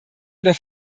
oder